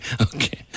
okay